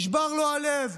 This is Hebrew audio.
נשבר לו הלב,